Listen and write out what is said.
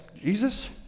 Jesus